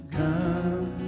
come